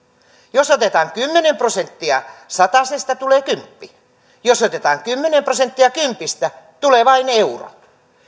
jos otetaan kymmenen prosenttia satasesta tulee kymppi jos otetaan kymmenen prosenttia kympistä tulee vain euro